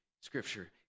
Scripture